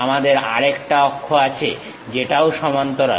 আমাদের আরেকটা অক্ষ আছে যেটাও সমান্তরাল